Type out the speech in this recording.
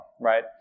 right